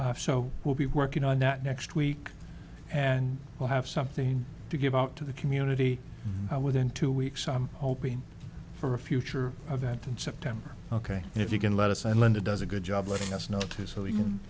so we'll be working on that next week and we'll have something to give out to the community within two weeks i'm hoping for a future event in september ok if you can let us and linda does a good job letting us know too so we